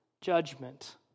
judgment